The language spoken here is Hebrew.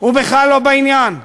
הוא בכלל לא בעניין,